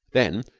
then,